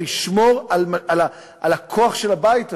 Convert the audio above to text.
לשמור על הכוח של הבית הזה,